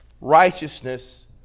righteousness